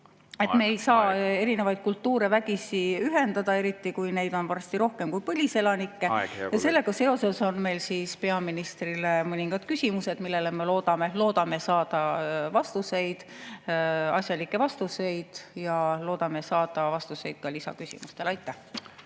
Me ei saa erinevaid kultuure vägisi ühendada, eriti kui neid on varsti rohkem kui põliselanikke. Aeg, hea kolleeg! Sellega seoses on meil peaministrile mõningad küsimused, millele me loodame saada asjalikke vastuseid ja loodame saada vastuseid ka lisaküsimustele. Aitäh!